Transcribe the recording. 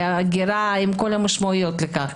הגירה על כל המשמעויות של כך.